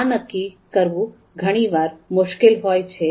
આ નક્કી કરવું ઘણીવાર મુશ્કેલ હોય છે